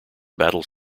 battle